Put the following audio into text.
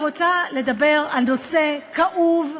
לדבר על נושא כאוב מאוד,